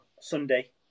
Sunday